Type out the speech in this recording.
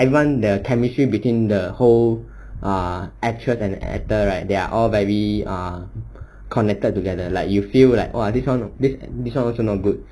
everyone their chemistry between the whole err actress and actor right they are all very uh connected together like you feel like !wah! this [one] this [one] also not good